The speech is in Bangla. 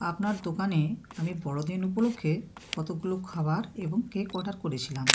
আপনার দোকানে আমি বড়দিন উপলক্ষে কতকগুলো খাবার এবং কেক অর্ডার করেছিলাম